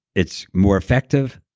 it's more effective,